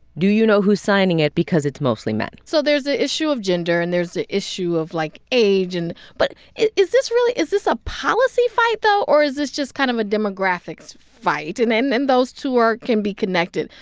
do you know who's signing it? because it's mostly men so there's the issue of gender, and there's the issue of, like, age. and but is this really is this a policy fight, though? or is this just kind of a demographics fight? and and those two are can be connected.